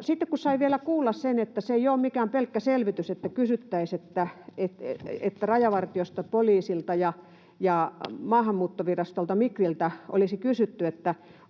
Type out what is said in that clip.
sitten sai vielä kuulla sen, että se ei ole mikään pelkkä selvitys, että Rajavartiostolta, poliisilta ja Maahanmuuttovirastolta Migriltä olisi kysytty,